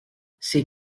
ses